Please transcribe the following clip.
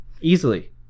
easily